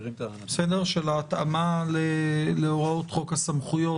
של ההתאמה להוראות חוק הסמכויות,